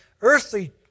earthly